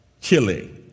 Chile